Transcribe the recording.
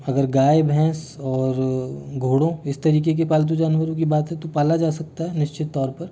अगर गाय भैंस और घोडों इस तरीके के पालतू जानवरों की बात है तो पाला जा सकता है निश्चित तौर पर